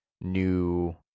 new